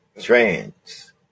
trans